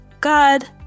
God